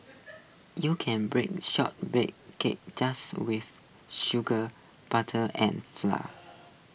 you can bake Shortbread Cookies just with sugar butter and flour